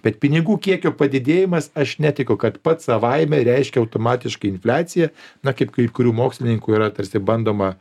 bet pinigų kiekio padidėjimas aš netikiu kad pats savaime reiškia automatiškai infliaciją na kaip kai kurių mokslininkų yra tarsi bandoma